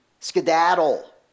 skedaddle